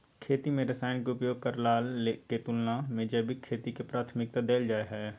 खेती में रसायन के उपयोग करला के तुलना में जैविक खेती के प्राथमिकता दैल जाय हय